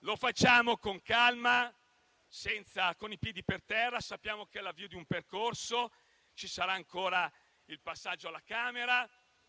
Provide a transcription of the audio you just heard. lo facciamo con calma e con i piedi per terra, sapendo che è l'avvio di un percorso, perché ci sarà ancora il passaggio alla Camera